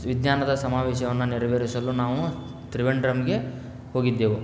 ವಿಜ್ಞಾನದ ಸಮಾವೇಶವನ್ನು ನೆರವೇರಿಸಲು ನಾವು ತ್ರಿವೆಂಡ್ರಮ್ಗೆ ಹೋಗಿದ್ದೆವು